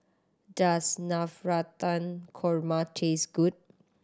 does Navratan Korma taste good